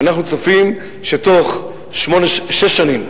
אנחנו צופים שבתוך שש שנים,